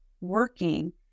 working